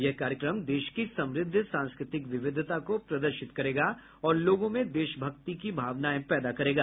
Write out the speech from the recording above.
यह कार्यक्रम देश की समृद्ध सांस्कृतिक विविधता को प्रदर्शित करेगा और लोगों में देशभक्ति की भावनाएं पैदा करेगा